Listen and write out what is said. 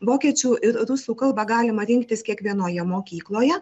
vokiečių ir rusų kalbą galima rinktis kiekvienoje mokykloje